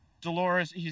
Dolores